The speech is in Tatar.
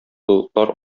болытлар